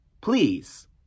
please